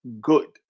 good